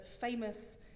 famous